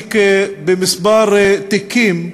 שמחזיק בכמה תיקים,